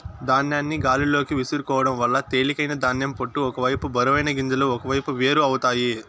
ధాన్యాన్ని గాలిలోకి విసురుకోవడం వల్ల తేలికైన ధాన్యం పొట్టు ఒక వైపు బరువైన గింజలు ఒకవైపు వేరు అవుతాయి